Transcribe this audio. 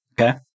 Okay